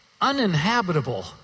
uninhabitable